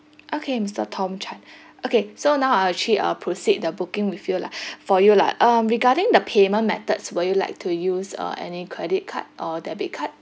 okay mister tom chan okay so now I will actually uh proceed the booking with you lah for you lah um regarding the payment methods would you like to use uh any credit card or debit card